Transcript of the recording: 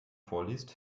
vorliest